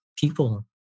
people